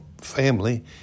family